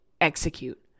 execute